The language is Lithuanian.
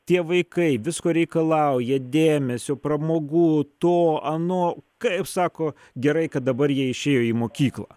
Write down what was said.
tie vaikai visko reikalauja dėmesio pramogų to ano kaip sako gerai kad dabar jie išėjo į mokyklą